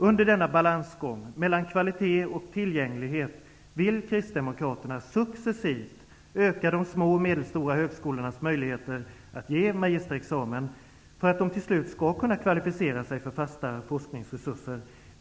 Under denna balansgång mellan kvalitet och tillgänglighet vill Kristdemokraterna succesivt öka de små och medelstora högskolornas möjligheter att ge magisterexamen, för att de till slut skall kunna kvalificera sig för fasta forskningsresurser.